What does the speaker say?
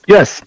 Yes